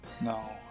No